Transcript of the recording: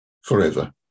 forever